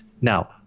Now